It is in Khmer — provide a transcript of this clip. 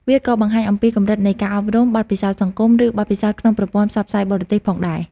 វាក៏បង្ហាញអំពីកម្រិតនៃការអប់រំ បទពិសោធន៍សង្គម ឬបទពិសោធន៍ក្នុងប្រព័ន្ធផ្សព្វផ្សាយបរទេសផងដែរ។